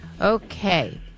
Okay